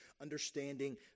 understanding